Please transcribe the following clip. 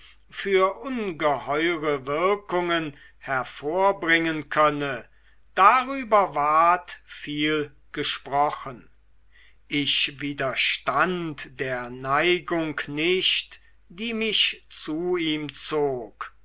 für ungeheure wirkungen hervorbringen könne darüber ward viel gesprochen ich widerstand der neigung nicht die mich zu ihm zog